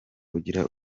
ugira